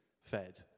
fed